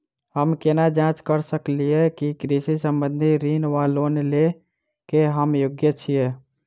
हम केना जाँच करऽ सकलिये की कृषि संबंधी ऋण वा लोन लय केँ हम योग्य छीयै?